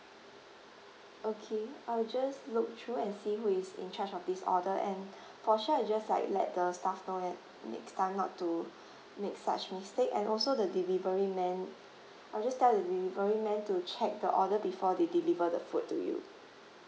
okay I will just look through and see who is in charge of this order and for sure I'll just like let the staff know that next time not to make such mistake and also the delivery man I'll just tell the delivery man to check the order before they deliver the food to you